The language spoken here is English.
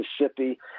Mississippi